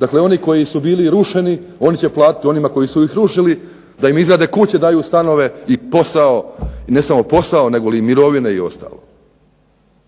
Dakle, oni koji su bili rušeni ono će platiti onima koji su ih rušili da im izgrade kuće, daju stanove, i posao, i ne samo posao nego i mirovine i ostalo.